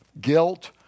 guilt